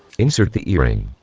insert the e-ring.